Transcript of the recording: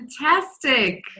fantastic